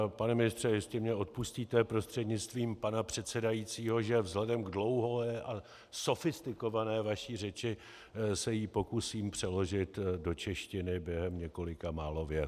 Pane ministře, jestli mi odpustíte prostřednictvím pana předsedajícího, že vzhledem k dlouhé a sofistikované vaší řeči se ji pokusím přeložit do češtiny během několika málo vět.